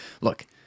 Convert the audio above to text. Look